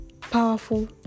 powerful